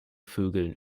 vögeln